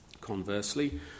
Conversely